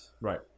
Right